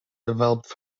developed